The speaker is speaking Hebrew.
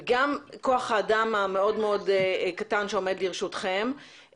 וגם כח האדם המאוד מאוד קטן שעומד לרשותכם,